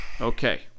Okay